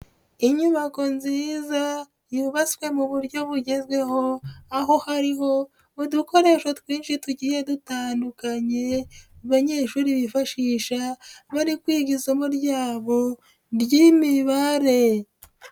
Inyubako nziza yubatswe mu buryo bugezweho, aho hariho udukoresho twinshi tugiye dutandukanye abanyeshuri bifashisha bari kwiga isomo ryabo ry'Imibare.